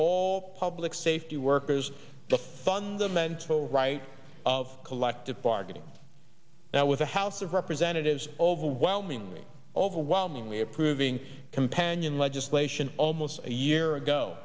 all public safety workers the fundamental right of collective bargaining now with the house of representatives overwhelmingly overwhelmingly approving companion legislation almost a year ago